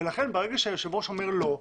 לכן ברגע שהיושב ראש אומר לא,